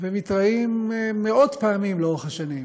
מתראים מאות פעמים לאורך השנים.